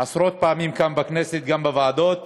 עשרות פעמים כאן בכנסת, גם בוועדות.